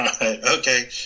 Okay